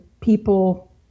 people